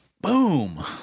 Boom